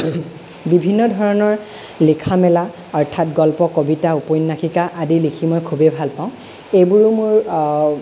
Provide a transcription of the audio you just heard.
বিভিন্ন ধৰণৰ লিখা মেলা অৰ্থাৎ গল্প কবিতা উপন্যাসিকা আদি লিখি মই খুবেই ভাল পাওঁ এইবোৰো মোৰ